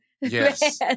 Yes